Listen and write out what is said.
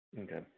Okay